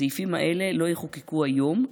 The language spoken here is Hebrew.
הסעיפים האלה לא יחוקקו היום,